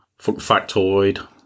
Factoid